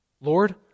Lord